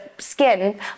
skin